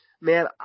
man